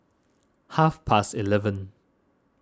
half past eleven